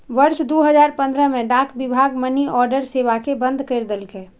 वर्ष दू हजार पंद्रह मे डाक विभाग मनीऑर्डर सेवा कें बंद कैर देलकै